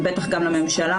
ובטח גם לממשלה,